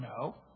No